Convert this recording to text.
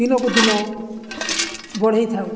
ଦିନକୁ ଦିନ ବଢ଼ାଇଥାଉ